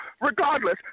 Regardless